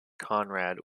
conrad